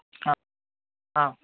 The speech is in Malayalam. ആ ആ